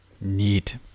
Neat